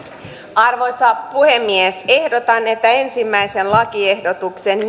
arvoisa puhemies ehdotan että ensimmäisen lakiehdotuksen